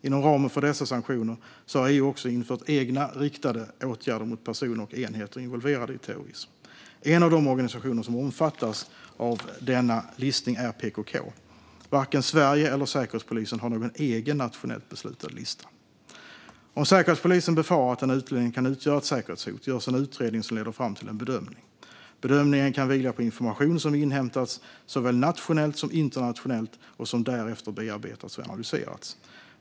Inom ramen för dessa sanktioner har EU också infört egna riktade åtgärder mot personer och enheter involverade i terrorism. En av de organisationer som omfattas av denna listning är PKK. Varken Sverige eller Säkerhetspolisen har någon egen nationellt beslutad lista. Om Säkerhetspolisen befarar att en utlänning kan utgöra ett säkerhetshot görs en utredning som leder fram till en bedömning. Bedömningen kan vila på information som inhämtats såväl nationellt som internationellt och som därefter bearbetats och analyserats.